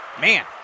man